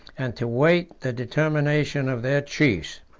and to wait the determination of their chiefs.